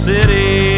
City